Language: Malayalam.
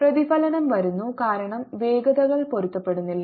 പ്രതിഫലനം വരുന്നു കാരണം വേഗതകൾ പൊരുത്തപ്പെടുന്നില്ല